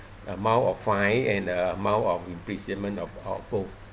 amount of fine and uh amount of imprisonment or both